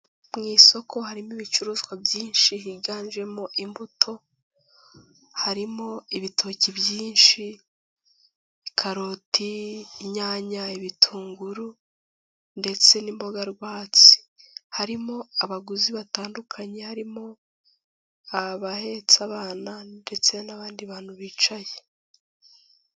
Mu isoko harimo ibicuruzwa byinshi higanjemo imbuto, harimo ibitoki byinshi, karoti, inyanya, ibitunguru ndetse n'imboga rwatsi, harimo abaguzi batandukanye harimo abahetse abana ndetse n'abandi bantu bicaye.